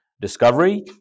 discovery